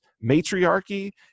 matriarchy